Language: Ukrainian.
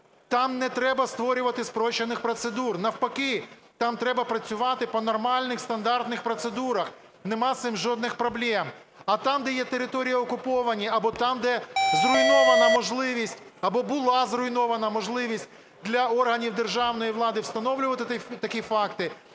там не треба створювати спрощених процедур, навпаки там треба працювати по нормальних стандартних процедурах, нема з цим жодних проблем. А там, де є території окуповані, або там, де зруйновано можливість або була зруйнована можливість для органів державної влади встановлювати такі факти,